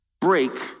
break